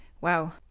Wow